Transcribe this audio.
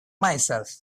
myself